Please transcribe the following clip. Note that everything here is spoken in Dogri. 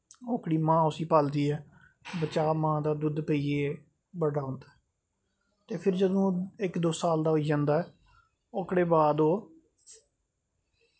ओह्दी मां उस्सी पालदी ऐ बच्चा मां दा दुद्ध पीइयै बड्डा होंदा ऐ ते जिसलै इक दो साल दा होई जंदा ऐ ते ओह्दे बाद ओह्